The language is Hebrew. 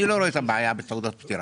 אני לא רואה את הבעיה בתעודות פטירה.